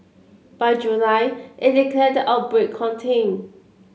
by July it declared the outbreak contained